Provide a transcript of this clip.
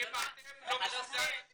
אם אתם לא מסוגלים,